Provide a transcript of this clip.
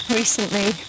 recently